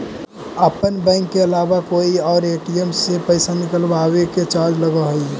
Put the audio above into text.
अपन बैंक के अलावा कोई और ए.टी.एम से पइसा निकलवावे के चार्ज लगऽ हइ